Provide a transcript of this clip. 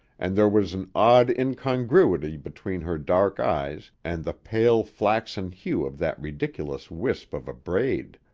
and there was an odd incongruity between her dark eyes and the pale, flaxen hue of that ridiculous wisp of a braid.